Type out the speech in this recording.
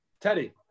Teddy